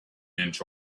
inch